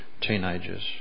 teenagers